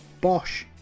Bosch